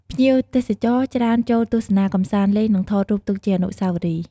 ភ្ញៀវទេសចរច្រើនចូលទស្សនាកម្សាន្តលេង និងថតរូបទុកជាអនុស្សាវររីយ៍។